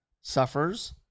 suffers